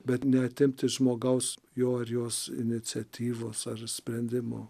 bet neatimt iš žmogaus jo ar jos iniciatyvos ar sprendimo